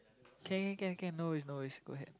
can can can can no worries no worries go ahead